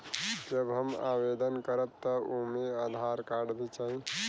जब हम आवेदन करब त ओमे आधार कार्ड भी चाही?